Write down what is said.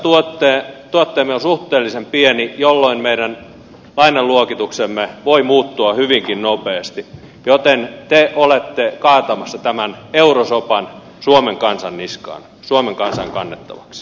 bruttokansantuotteemme on suhteellisen pieni jolloin meidän lainaluokituksemme voi muuttua hyvinkin nopeasti joten te olette kaatamassa tämän eurosopan suomen kansan niskaan suomen kansan kannettavaksi